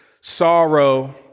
sorrow